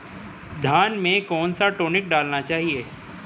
धान में कौन सा टॉनिक डालना चाहिए?